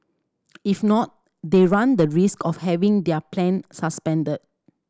if not they run the risk of having their plan suspended